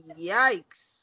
yikes